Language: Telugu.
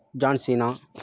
John Cena